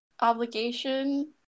obligation